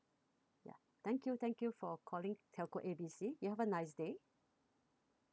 ya thank you thank you for calling telco A B C you have a nice day